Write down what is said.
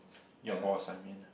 your boss I mean